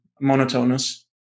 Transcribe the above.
monotonous